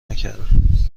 نکردم